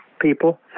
people